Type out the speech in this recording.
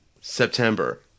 September